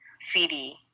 CD